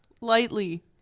lightly